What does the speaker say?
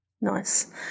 Nice